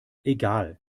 egal